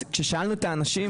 כששאלנו את האנשים,